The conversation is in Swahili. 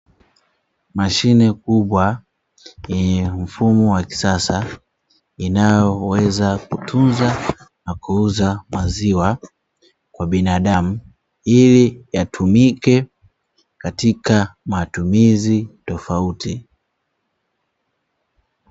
Mashine kubwa yenye mfumo wa kisasa, inayoweza kutunza na kuuza maziwa kwa binadamu ili yatumike katika matumizi tofauti.